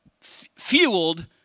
fueled